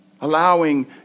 Allowing